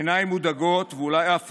עיניים מודאגות ואולי אף